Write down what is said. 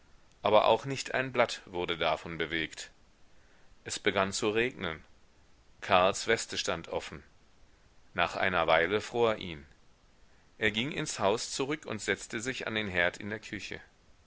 aber auch nicht ein blatt wurde davon bewegt es begann zu regnen karls weste stand offen nach einer weile fror ihn er ging ins haus zurück und setzte sich an den herd in der küche